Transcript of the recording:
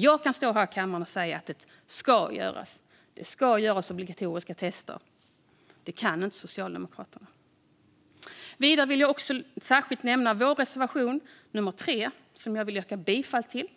Jag kan stå här i kammaren och säga att det ska vara obligatoriska tester. Det kan inte Socialdemokraterna. Vidare vill jag särskilt nämna vår reservation nummer 3, som jag yrkar bifall till.